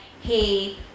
hey